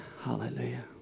Hallelujah